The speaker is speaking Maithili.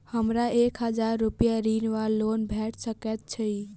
हमरा एक हजार रूपया ऋण वा लोन भेट सकैत अछि?